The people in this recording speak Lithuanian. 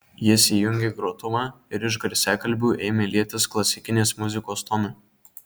jis įjungė grotuvą ir iš garsiakalbių ėmė lietis klasikinės muzikos tonai